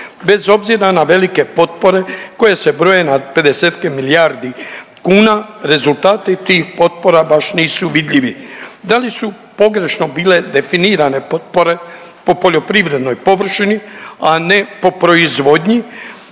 bez obzira na velike potpore koje se broje 50-ke milijardi kuna rezultati tih potpora baš nisu vidljive. Da li su pogrešno bile definirane potpore po poljoprivrednoj površini, a ne po proizvodnji